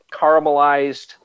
caramelized